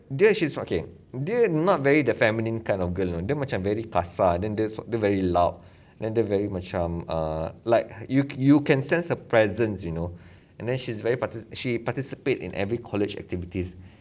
dia she's from okay dia not very the feminine kind of girl oh dia macam very kasar then dia suara very loud and then dia very macam err like you you can sense a presence you know and then she's very parti~ she participate in every college activities